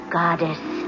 goddess